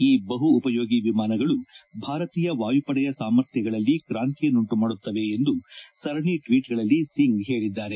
ಈ ಬಹು ಉಪಯೋಗಿ ವಿಮಾನಗಳು ಭಾರತೀಯ ವಾಯುಪಡೆಯ ಸಾಮರ್ಥ್ಯಗಳಲ್ಲಿ ಕ್ರಾಂತಿಯನ್ನುಂಟು ಮಾಡುತ್ತವೆ ಎಂದು ಸರಣಿ ಟ್ವೀಟ್ಗಳಲ್ಲಿ ಸಿಂಗ್ ಹೇಳಿದ್ದಾರೆ